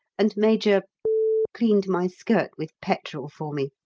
and major cleaned my skirt with petrol for me!